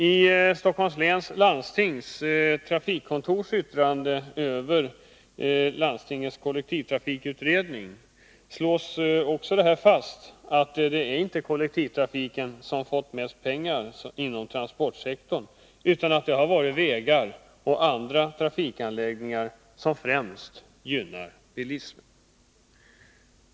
I Stockholms läns landstings trafikkontors yttrande över landstingets kollektivtrafikutredning slås också fast att det inte är kollektivtrafiken som fått mest pengar inom transportsektorn, utan att satsningarna på vägar och andra trafikanläggningar främst gynnat bilismen.